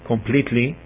Completely